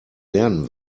lernen